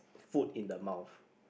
food in the mouth